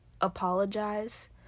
apologize